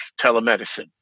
telemedicine